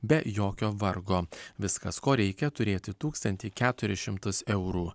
be jokio vargo viskas ko reikia turėti tūkstantį keturis šimtus eurų